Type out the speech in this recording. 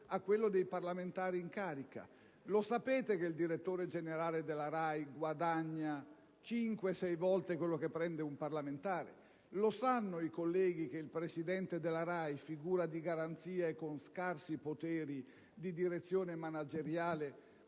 a quello dei parlamentari in carica? Lo sapete che il direttore generale della RAI guadagna cinque-sei volte più di un parlamentare? Lo sanno i colleghi che anche il presidente della RAI, figura di garanzia e con scarsi poteri di direzione manageriale,